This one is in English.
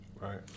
Right